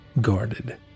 guarded